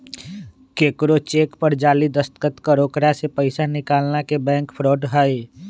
केकरो चेक पर जाली दस्तखत कर ओकरा से पैसा निकालना के बैंक फ्रॉड हई